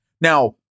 Now